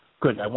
Good